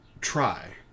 Try